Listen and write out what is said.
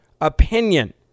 opinion